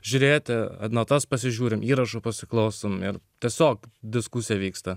žiūrėti atmatas pasižiūrime įrašu pasiklausome ir tiesiog diskusija vyksta